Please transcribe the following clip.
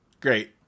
Great